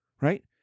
right